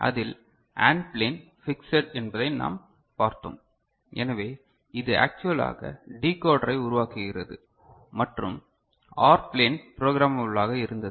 அதில் AND plane fixed என்பதை நாம் பார்த்தோம் எனவே இது ஆக்சுவலாக டிகோடரை உருவாக்குகிறது மற்றும் OR ப்ளேன் புரோகிராமபலாக இருந்தது